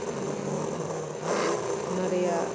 ᱟᱫᱚ ᱚᱱᱟ ᱨᱮᱱᱟᱜ